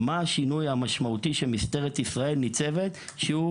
השינוי המשמעותי שמשטרת ישראל ניצבת בפניו,